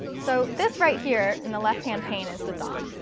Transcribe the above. so this right here in the left-hand pane is the dom.